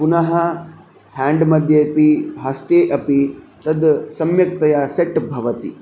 पुनः हेण्ड् मध्ये अपि हस्ते अपि तद् सम्यक्तया सेट् भवति